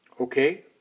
Okay